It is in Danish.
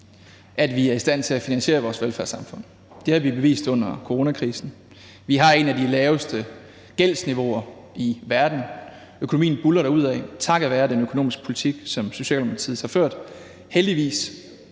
at vi er i stand til at finansiere vores velfærdssamfund. Det har vi bevist under coronakrisen. Vi har et af de laveste gældsniveauer i verden; økonomien buldrer derudad takket være den økonomiske politik, som Socialdemokratiet har ført